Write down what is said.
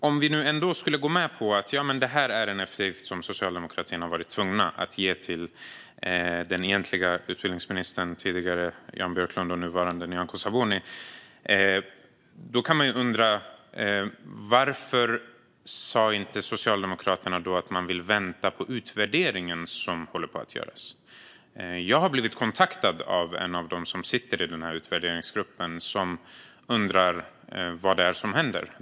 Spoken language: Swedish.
Om vi nu ändå skulle gå med på att detta är en eftergift som Socialdemokraterna varit tvungna att göra till den egentliga utbildningsministern, tidigare Jan Björklund och numera Nyamko Sabuni, kan man undra varför Socialdemokraterna inte sa att man ville vänta på den utvärdering som håller på att göras. Jag har blivit kontaktad av en av dem som sitter i utvärderingsgruppen. De undrar vad som händer.